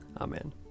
Amen